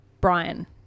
Brian